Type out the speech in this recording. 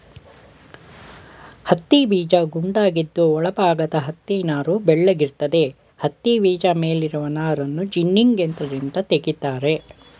ಹತ್ತಿಬೀಜ ಗುಂಡಾಗಿದ್ದು ಒಳ ಭಾಗದ ಹತ್ತಿನಾರು ಬೆಳ್ಳಗಿರ್ತದೆ ಹತ್ತಿಬೀಜ ಮೇಲಿರುವ ನಾರನ್ನು ಜಿನ್ನಿಂಗ್ ಯಂತ್ರದಿಂದ ತೆಗಿತಾರೆ